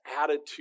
attitude